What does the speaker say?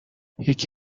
یکی